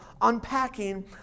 unpacking